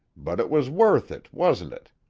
but it was worth it, wasn't it?